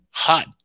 Hot